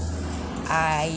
I